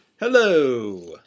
Hello